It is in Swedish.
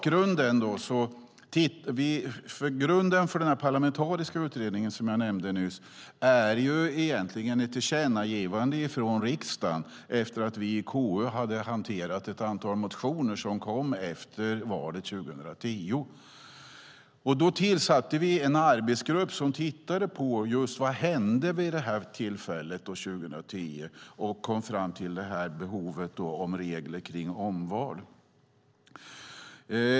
Grunden för den parlamentariska utredning som jag nämnde nyss är egentligen ett tillkännagivande ifrån riksdagen efter det att vi i KU hade hanterat ett antal motioner som kom efter valet 2010. Då tillsatte vi en arbetsgrupp som tittade på vad som hände vid det här tillfället 2010. Den kom då fram till behovet av regler för omval.